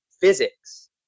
physics